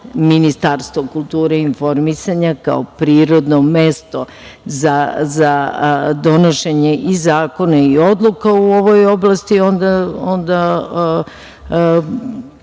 Ministarstvo kulture i informisanja, kao prirodno mesto za donošenje i zakona i odluka u ovoj oblasti, onda